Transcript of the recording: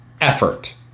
effort